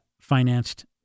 financed